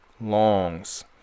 longs